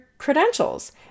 credentials